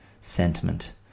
sentiment